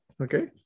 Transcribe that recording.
Okay